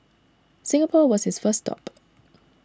Singapore was his first stop